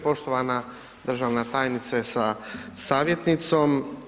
Poštovana državna tajnice sa savjetnicom.